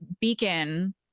beacon